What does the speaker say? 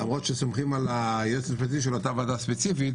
למרות שסומכים על היועץ המשפטי של אותה ועדה ספציפית,